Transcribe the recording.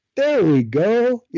there we go. yeah